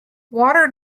water